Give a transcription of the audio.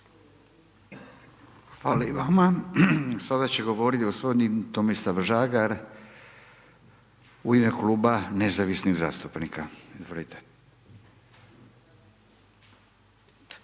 Hvala i vama. Sada će govoriti gospodin Tomislav Žagar u ime Kluba Nezavisnih zastupnika,